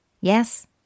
Yes